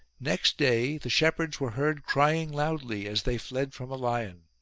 next day the shepherds were heard crying loudly as they fled from a lion.